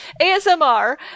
ASMR